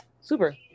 Super